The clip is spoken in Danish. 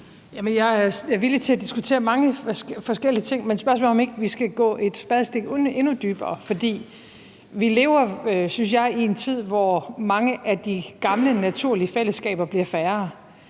jeg er villig til at diskutere mange forskellige ting, men spørgsmålet er, om ikke vi skal gå et spadestik dybere. For vi lever, synes jeg, i en tid, hvor mange af de gamle, naturlige fællesskaber bliver færre,